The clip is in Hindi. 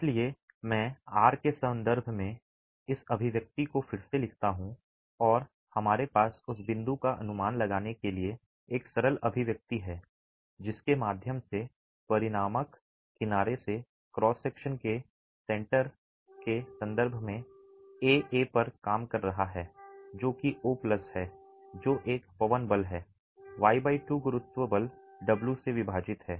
इसलिए मैं आर के संदर्भ में इस अभिव्यक्ति को फिर से लिखता हूं और हमारे पास उस बिंदु का अनुमान लगाने के लिए एक सरल अभिव्यक्ति है जिसके माध्यम से परिणामक किनारे से क्रॉस सेक्शन के सेंट्रो के संदर्भ में एए पर काम कर रहा है जो कि ओ प्लस है जो एक पवन बल है y 2 गुरुत्व बल W से विभाजित है